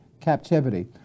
captivity